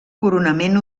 coronament